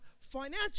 financial